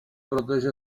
protože